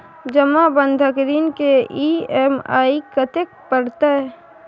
जमा बंधक ऋण के ई.एम.आई कत्ते परतै?